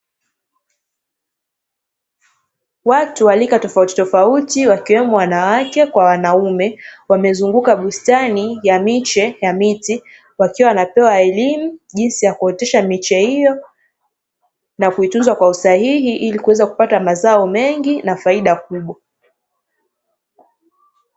Watu wa rika tofautitofauti wakiwemo wanawake kwa wanaume, wamezunguka bustani ya miche ya miti, wakiwa wanapewa elimu jinsi ya kuotesha miche hiyo, na kuitunza kwa usahihi ili kuweza kupata mazao mengi, na faida kubwa.